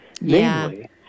namely